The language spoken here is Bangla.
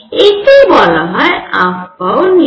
একে বলা হয় আফবাও নীতি